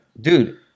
dude